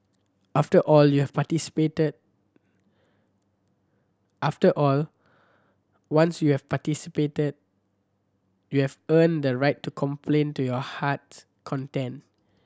after all you have participated after all once you have participated you have earned the right to complain to your heart's content